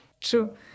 True